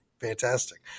fantastic